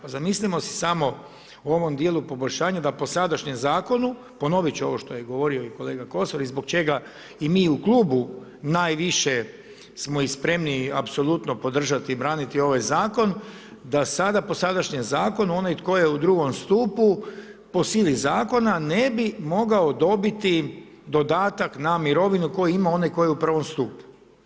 Pa zamislimo si samo u ovom dijelu poboljšanja da po sadašnjem zakonu, ponovit ću ovo što je govorio i kolega Kosor i zbog čega i mi u Klubu najviše smo i spremni apsolutno podržati i braniti ovaj zakon, da sada po sadašnjem zakonu onaj tko je u II. stupu po sili zakona ne bi mogao dobiti dodatak na mirovinu koji ima onaj tko je u prvom stupu.